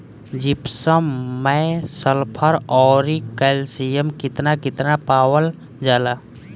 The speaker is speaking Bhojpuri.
जिप्सम मैं सल्फर औरी कैलशियम कितना कितना पावल जाला?